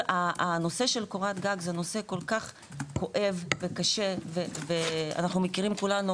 הנושא של קורת גג זה נושא כל כך כואב וקשה אנחנו מכירים כולנו